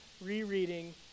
rereading